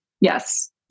yes